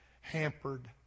hampered